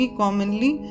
commonly